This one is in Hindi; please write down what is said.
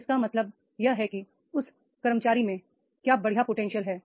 इसका मतलब यह है कि उस कर्मचारी मैं क्या बढ़िया पोटेंशियल है